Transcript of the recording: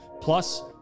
plus